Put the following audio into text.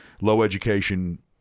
low-education